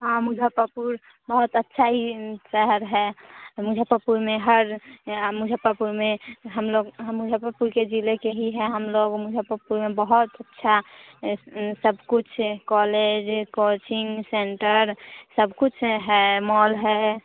हाँ मुजफ्फरपुर बहुत अच्छा ही शहर है मुजफ्फरपुर में हर मुजफ्फरपुर में हम लोग हम मुजफ्फरपुर के ज़िले के ही हैं हम लोग मुजफ्फरपुर में बहुत अच्छा सब कुछ हैं कॉलेज कोचिंग सेंटर सब कुछ है है मॉल है